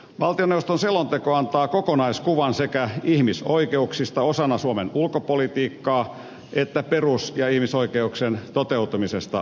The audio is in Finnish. valtioneuvoston selonteko antaa kokonaiskuvan sekä ihmisoikeuksista osana suomen ulkopolitiikkaa että perus ja ihmisoikeuksien toteutumisesta suomessa